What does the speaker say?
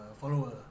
follower